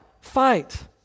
fight